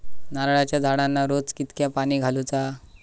नारळाचा झाडांना रोज कितक्या पाणी घालुचा?